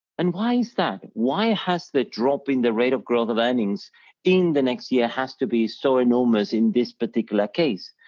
and why is that, why has the drop in the rate of growth of earnings in the next year has to be so enormous in this particular case.